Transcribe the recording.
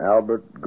Albert